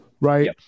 right